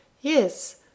yes